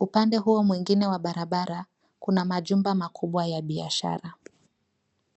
Upande huo mwengine wa barabara, kuna majumba makubwa ya biashara.